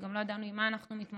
שגם לא ידענו עם מה אנחנו מתמודדים,